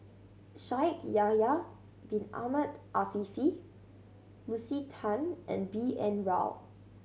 Shaikh Yahya Bin Ahmed Afifi Lucy Tan and B N Rao